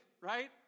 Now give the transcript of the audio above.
right